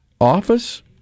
office